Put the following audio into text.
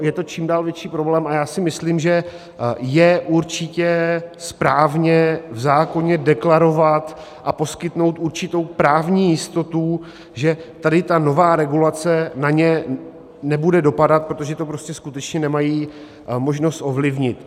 Je to čím dál větší problém a já si myslím, že je určitě správně v zákoně deklarovat a poskytnout určitou právní jistotu, že ta nová regulace na ně nebude dopadat, protože to prostě skutečně nemají možnost ovlivnit.